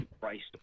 Christ